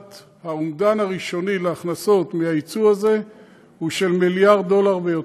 האומדן הראשוני להכנסות מהיצוא הזה הוא של מיליארד דולר ויותר.